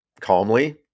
calmly